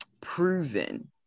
proven